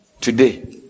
Today